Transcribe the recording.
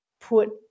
put